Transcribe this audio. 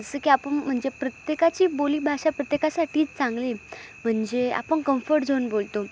जसं की आपण म्हणजे प्रत्येकाची बोलीभाषा प्रत्येकासाठी चांगली म्हणजे आपण कम्फर्ट झोन बोलतो